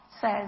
says